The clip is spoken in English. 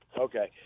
Okay